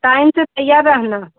time से तैयार रहना